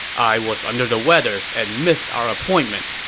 i was under the weather and missed our appointment.